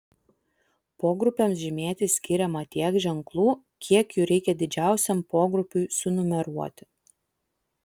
pogrupiams žymėti skiriama tiek ženklų kiek jų reikia didžiausiam pogrupiui sunumeruoti